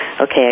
okay